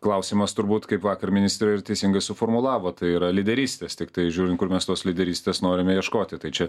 klausimas turbūt kaip vakar ministerijoj ir teisingai suformulavot tai yra lyderystės tiktai žiūrint kur mes tos lyderystės norime ieškoti tai čia